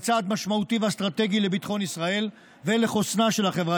מדובר בצעד משמעותי ואסטרטגי לביטחון ישראל ולחוסנה של החברה